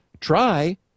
try